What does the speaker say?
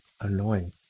annoying